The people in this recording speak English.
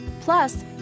Plus